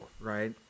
right